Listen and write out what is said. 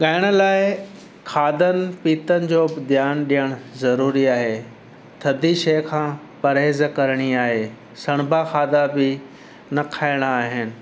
ॻाइण लाइ खाधनि पीतनि जो बि ध्यानु ॾियणु ज़रूरी आहे थधी शइ खां परहेज़ करिणी आहे सणभा खाधा बि न खाइणा आहिनि